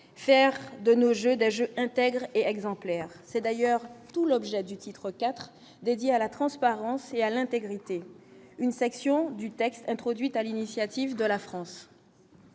certains de nos jeux d'âge intègre et exemplaire, c'est d'ailleurs tout l'objet du titre IV dédié à la transparence et à l'intégrité, une section du texte introduite à l'initiative de la France.